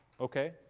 okay